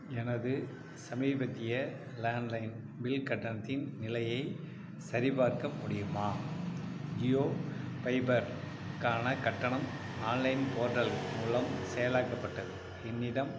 எனது சமீபத்திய landline bill கட்டணத்தின் நிலையை சரிபார்க்க முடியுமா ஜியோ ஃபைபர் க்கான கட்டணம் ஆன்லைன் போர்ட்டல் மூலம் செயலாக்கப்பட்டது என்னிடம்